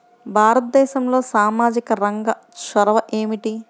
భారతదేశంలో సామాజిక రంగ చొరవ ఏమిటి?